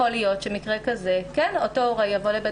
יכול להיות שבאותו מקרה ההורה יבוא לבית